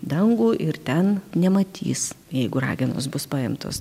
dangų ir ten nematys jeigu ragenos bus paimtos